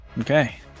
Okay